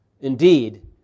Indeed